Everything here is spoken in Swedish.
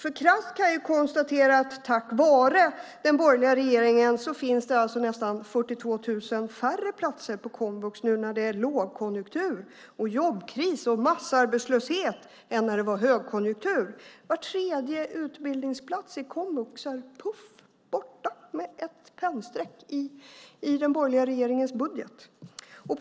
Man kan krasst konstatera att det tack vare den borgerliga regeringen finns nästan 42 000 färre platser på komvux nu när det är lågkonjunktur och jobbkris och massarbetslöshet än när det var högkonjunktur. Var tredje utbildningsplats i komvux är puts väck i den borgerliga regeringens budget.